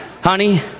honey